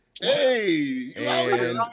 Hey